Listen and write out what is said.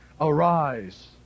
Arise